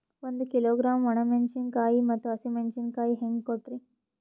ಒಂದ ಕಿಲೋಗ್ರಾಂ, ಒಣ ಮೇಣಶೀಕಾಯಿ ಮತ್ತ ಹಸಿ ಮೇಣಶೀಕಾಯಿ ಹೆಂಗ ಕೊಟ್ರಿ?